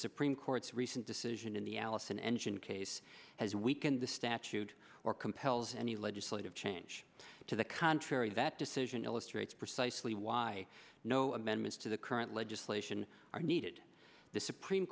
supreme court's recent decision in the allison engine case has weakened the statute or compels any legislative change to the contrary that decision illustrates precisely why no amendments to the current legislation are needed the supreme